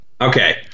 Okay